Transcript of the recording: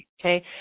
okay